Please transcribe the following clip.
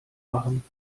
machen